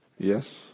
Yes